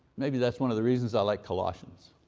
maybe that's one of the reasons i like colossians.